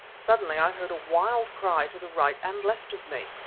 suddenly i heard a wild cry to the right and left of me.